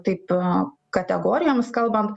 tai to kategorijomis kalban